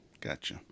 Gotcha